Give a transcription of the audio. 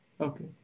Okay